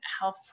health